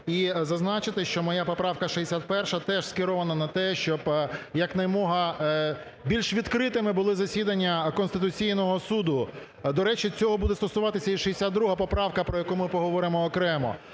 і зазначити, що моя поправка 61 теж скерована на те, щоб якомога більш відкритими були засідання Конституційного Суду. До речі, цього буде стосуватися і 62 поправка, про яку ми поговоримо окремо.